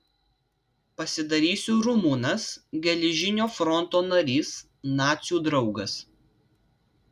pasidarysiu rumunas geležinio fronto narys nacių draugas